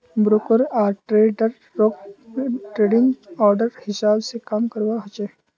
broker आर ट्रेडररोक trading hour हिसाब से काम करवा होचे